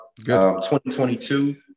2022